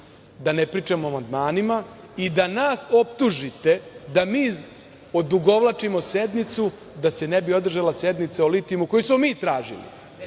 da ne pričamo o amandmanima i da nas optužite da mi odugovlačimo sednicu da se ne bi održala sednica o litijumu koju smo mi tražili.